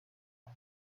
roi